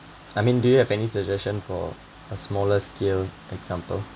I mean do you have any suggestion for a smaller scale example